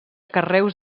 carreus